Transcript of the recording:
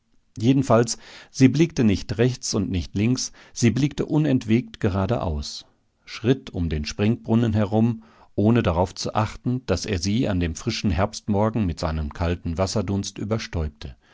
jedenfalls sie blickte nicht rechts und nicht links sie blickte unentwegt geradeaus schritt um den springbrunnen herum ohne darauf zu achten daß er sie an dem frischen herbstmorgen mit seinem kalten wasserdunst